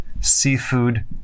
seafood